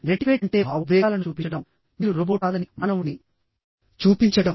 netiquette అంటే భావోద్వేగాలను చూపించడం మీరు రోబోట్ కాదని మానవుడని చూపించడం